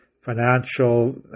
financial